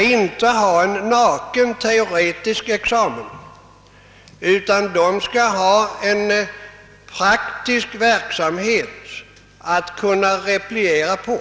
inte bara skall ha en naken teoretisk examen utan också en praktisk verksamhet att repliera på.